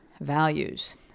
values